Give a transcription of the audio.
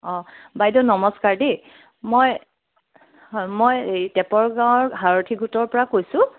অঁ বাইদেউ নমস্কাৰ দেই মই হয় মই এই টেপৰ গাঁৱৰ সাৰথি গোটৰপৰা কৈছোঁ